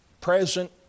present